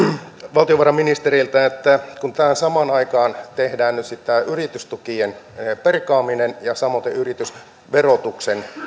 valtiovarainministeriltä kun samaan aikaan tehdään nyt sitten tämä yritystukien perkaaminen ja samoiten yritysverotuksen